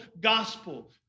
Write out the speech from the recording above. gospel